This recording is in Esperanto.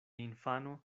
infano